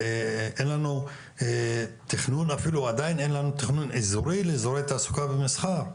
אפילו אין לנו עדיין תכנון אזורי לאזורי תעסוקה ומסחר,